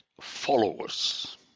followers